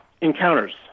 encounters